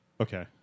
Okay